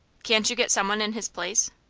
can't you get some one in his place?